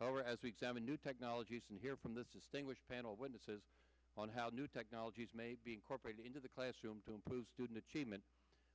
however as we examine new technologies and hear from this just english panel witnesses on how the new technologies may be incorporated into the classroom to improve student achievement